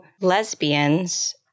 lesbians